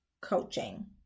coaching